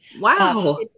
Wow